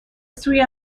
سوی